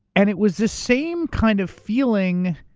and it was the same kind of feeling,